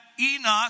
Enoch